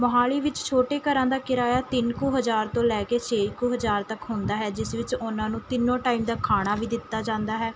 ਮੋਹਾਲੀ ਵਿੱਚ ਛੋਟੇ ਘਰਾਂ ਦਾ ਕਿਰਾਇਆ ਤਿੰਨ ਕੁ ਹਜ਼ਾਰ ਤੋਂ ਲੈ ਕੇ ਛੇ ਕੁ ਹਜ਼ਾਰ ਤੱਕ ਹੁੰਦਾ ਹੈ ਜਿਸ ਵਿੱਚ ਉਹਨਾਂ ਨੂੰ ਤਿੰਨੋ ਟਾਈਮ ਦਾ ਖਾਣਾ ਵੀ ਦਿੱਤਾ ਜਾਂਦਾ ਹੈ